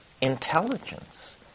intelligence